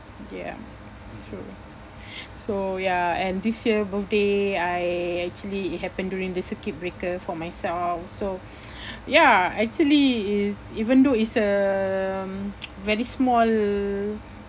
ya true so ya and this year birthday I actually it happened during the circuit breaker for myself so ya actually it's even though it's um very small